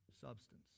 substance